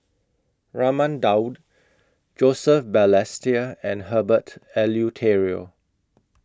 Raman Daud Joseph Balestier and Herbert Eleuterio